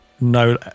no